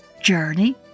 Journey